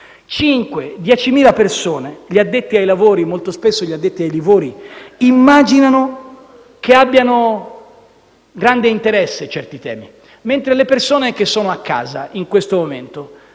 ai lavori (molto spesso gli addetti ai livori), immaginano che abbiano grande interesse certi temi, mentre le persone che sono a casa in questo momento